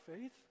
faith